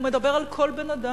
הוא מדבר על כל בן-אדם,